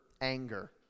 anger